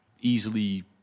easily